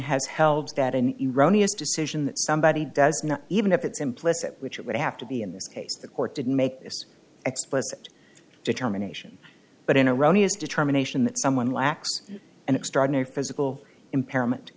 has held that an iranian decision that somebody does not even if it's implicit which it would have to be in this case the court did make this explicit determination but in iran his determination that someone lacks an extraordinary physical impairment